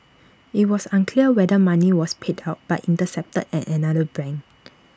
IT was unclear whether money was paid out but intercepted at another bank